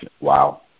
Wow